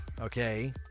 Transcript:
okay